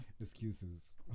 excuses